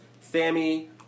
Sammy